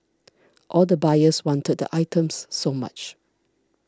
all the buyers wanted the items so much